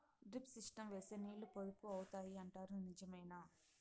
Drip system వేస్తే నీళ్లు పొదుపు అవుతాయి అంటారు నిజమేనా?